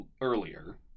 earlier